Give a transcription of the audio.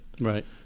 right